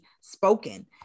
spoken